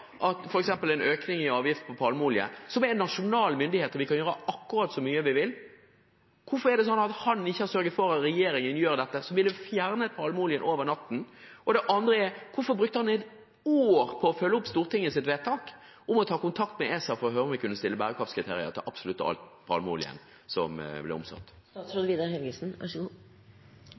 som vi kan gjøre akkurat så mye som vi vil? Hvorfor har han ikke sørget for at regjeringen gjør dette, noe som ville fjernet palmeoljen over natten? Det andre er: Hvorfor brukte statsråden ett år på å følge opp Stortingets vedtak om å ta kontakt med ESA for å høre om vi kunne ha bærekraftskriterier for absolutt all palmeoljen som blir omsatt?